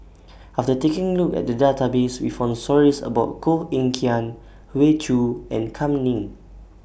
after taking A Look At The Database We found stories about Koh Eng Kian Hoey Choo and Kam Ning